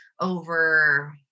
over